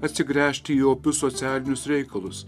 atsigręžti į opius socialinius reikalus